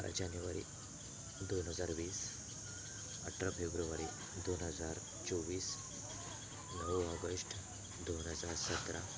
बारा जानेवारी दोन हजार वीस अठरा फेब्रुवारी दोन हजार चोवीस नऊ ऑगष्ट दोन हजार सतरा